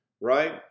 right